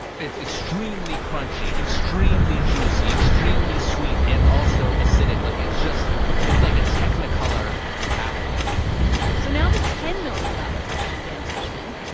it's extremely crunchy, extremely juicy, extremely sweet and also acidic. like, it's just it's like a technicolor apple so now the ten million dollars question, dan pashman,